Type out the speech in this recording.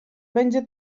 będzie